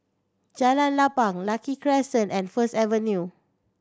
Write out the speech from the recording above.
Jalan Lapang Lucky Crescent and First Avenue